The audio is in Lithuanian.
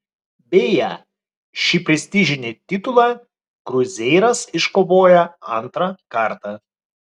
beje šį prestižinį titulą kruzeiras iškovojo antrą kartą